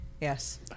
Yes